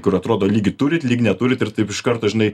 kur atrodo lygi turit lyg neturit ir taip iš karto žinai